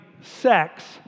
sex